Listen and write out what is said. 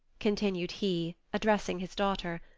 continued he, addressing his daughter,